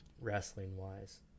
wrestling-wise